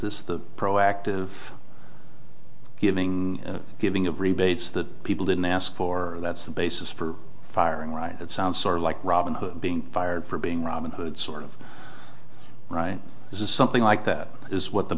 this the proactive giving giving of rebates that people didn't ask for that's the basis for firing right it sounds sort of like robin hood being fired for being robin hood sort of right this is something like that is what the